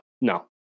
No